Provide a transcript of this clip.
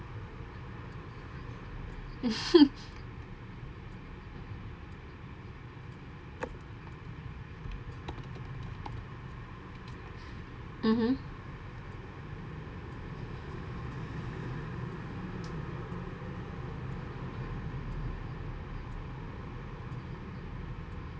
mmhmm mmhmm